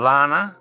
Lana